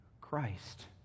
Christ